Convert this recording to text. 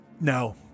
no